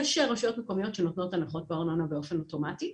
יש רשויות מקומיות שנותנות הנחות בארנונה באופן אוטומטי,